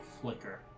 flicker